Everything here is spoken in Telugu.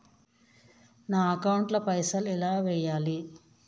నా అకౌంట్ ల పైసల్ ఎలా వేయాలి?